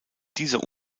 dieser